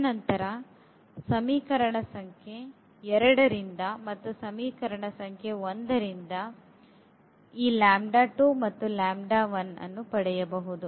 ತದನಂತರ ಸಮೀಕರಣ ಸಂಖ್ಯೆ 2 ರಿಂದ ಮತ್ತು ಸಮೀಕರಣ ಸಂಖ್ಯೆ 1 ರಿಂದ ಈ ಮತ್ತು ನ್ನು ಪಡೆಯಬಹುದು